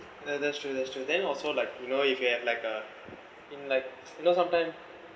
ya that's true that's true then also like you know if you have like a in like you know sometime